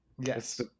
Yes